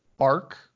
Arc